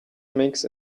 makes